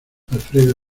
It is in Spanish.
alfredo